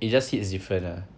it just hit's different lah